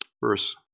verse